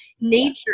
nature